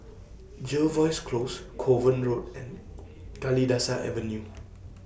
Jervois Close Kovan Road and Kalidasa Avenue